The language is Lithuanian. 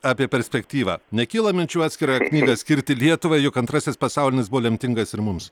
apie perspektyvą nekyla minčių atskirą knygą skirti lietuvai juk antrasis pasaulinis buvo lemtingas ir mums